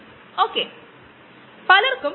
ഈ ഫോട്ടോ കുറച്ചൂടെ ശ്രദ്ധയിൽ വന്നിരിക്കുന്നു